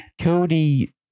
Cody